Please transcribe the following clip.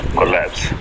collapse